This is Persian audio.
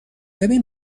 ببین